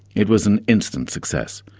it was an instant success.